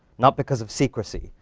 not because of secrecy,